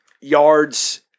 yards